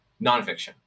nonfiction